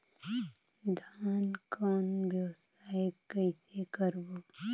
धान कौन व्यवसाय कइसे करबो?